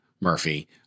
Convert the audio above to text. Murphy